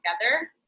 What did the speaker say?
together